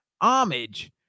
homage